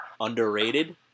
underrated